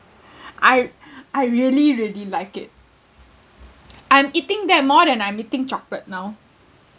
I I really really like it I'm eating that more than I'm eating chocolate now